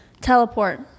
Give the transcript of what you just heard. teleport